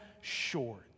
short